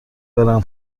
برم